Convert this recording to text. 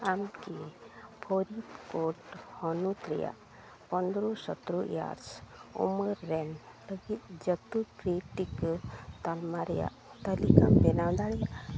ᱟᱢᱠᱤ ᱯᱷᱚᱨᱤᱰᱠᱳᱴ ᱦᱚᱱᱚᱛ ᱨᱮᱭᱟᱜ ᱯᱚᱱᱫᱨᱚ ᱥᱚᱛᱮᱨᱚ ᱤᱭᱟᱨᱥ ᱩᱢᱮᱨ ᱨᱮᱱ ᱞᱟᱹᱜᱤᱫ ᱡᱚᱛᱚ ᱯᱷᱨᱤ ᱴᱤᱠᱟᱹ ᱛᱟᱞᱢᱟ ᱨᱮᱭᱟᱜ ᱛᱟᱹᱞᱤᱠᱟᱢ ᱵᱮᱱᱟᱣ ᱫᱟᱲᱮᱭᱟᱜᱼᱟ